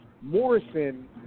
Morrison